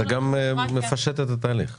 זה גם מפשט את התהליך .